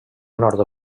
nord